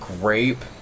grape